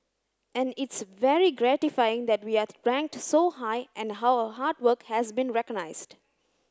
and it's very gratifying that we are ranked so high and our hard work has been recognised